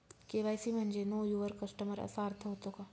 KYC म्हणजे know your customer असा अर्थ होतो का?